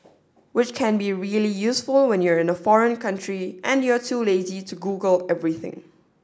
which can be really useful when you're in a foreign country and you're too lazy to Google everything